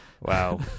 Wow